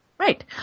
Right